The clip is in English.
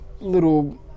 Little